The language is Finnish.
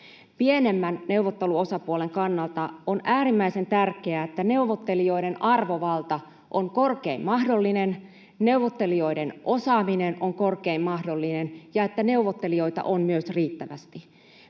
Pienemmän neuvotteluosapuolen kannalta on äärimmäisen tärkeää, että neuvottelijoiden arvovalta on korkein mahdollinen, neuvottelijoiden osaaminen on korkein mahdollinen ja että neuvottelijoita on myös riittävästi.